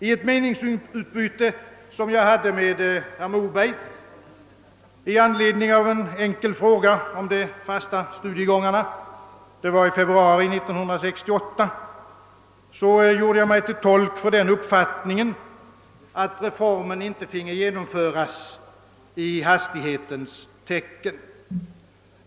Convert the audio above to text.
I ett meningsutbyte, som jag hade med herr Moberg i anledning av en enkel fråga om de fasta studiegångarna i februari 1968, gjorde jag mig till tolk för den uppfattningen att reformen inte finge genomföras i hastighetens tecken.